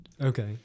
Okay